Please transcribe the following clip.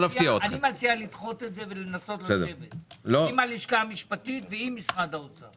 אני מציע לדחות את זה ולנסות להיפגש עם הלשכה המשפטית ועם משרד האוצר.